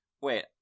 Wait